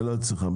לא אצלך.